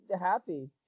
happy